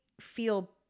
feel